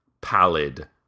pallid